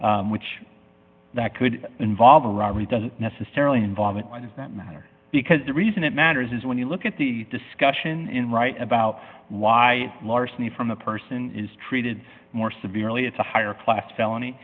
person which that could involve a robbery doesn't necessarily involve it why does that matter because the reason it matters is when you look at the discussion in writing about why larceny from a person is treated more severely it's a higher class felony